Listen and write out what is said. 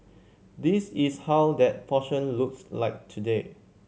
this is how that portion looks like today